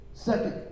Second